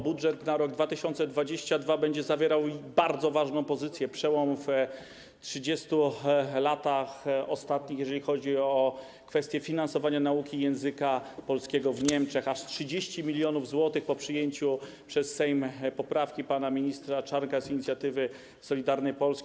Budżet na rok 2022 będzie zawierał bardzo ważną pozycję, przełom po ostatnich 30 latach, jeżeli chodzi o kwestię finansowania nauki języka polskiego w Niemczech - aż 30 mln zł, po przyjęciu przez Sejm poprawki pana ministra Czarnka, z inicjatywy Solidarnej Polski.